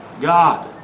God